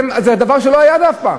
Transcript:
זה דבר שלא היה אף פעם.